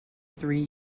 three